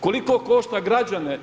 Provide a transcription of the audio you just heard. Koliko košta građane.